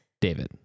David